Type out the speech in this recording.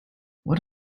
what